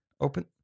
Open